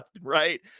right